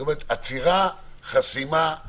עצירה, חסימה,